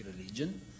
religion